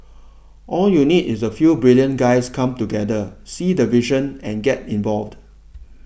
all you need is a few brilliant guys come together see the vision and get involved